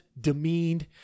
demeaned